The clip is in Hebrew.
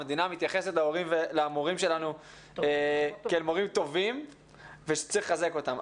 המדינה מתייחסת למורים שלנו כאל מורים טובים ושצריך לחזק אותם,